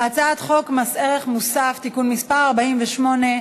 הצעת חוק מס ערך מוסף (תיקון מס' 48),